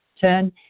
Ten